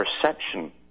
Perception